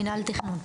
מינהל התכנון.